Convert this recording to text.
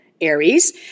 Aries